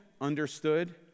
understood